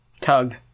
tug